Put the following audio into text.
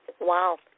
Wow